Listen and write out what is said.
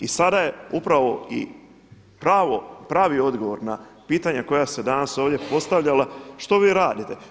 I sada je upravo i pravi odgovor na pitanja koja se danas ovdje postavljala što vi radite.